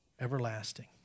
everlasting